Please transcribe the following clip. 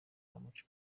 amuca